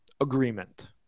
agreement